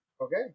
Okay